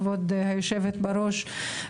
כבוד היושבת בראש,